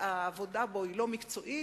העבודה בו היא לא מקצועית,